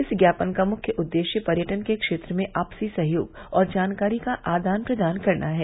इस ज्ञापन का मुख्य उद्देश्य पर्यटन के क्षेत्र में आपसी सहयोग और जानकारी का आदान प्रदान बढ़ाना है